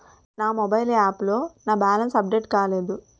నా mobile app లో నా బ్యాలెన్స్ అప్డేట్ కాలేదు